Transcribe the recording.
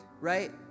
right